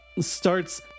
starts